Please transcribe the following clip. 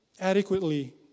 adequately